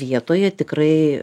vietoje tikrai